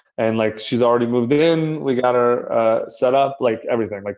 and like she's already moved in. we got her set up, like everything, like